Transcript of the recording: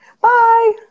Bye